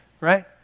Right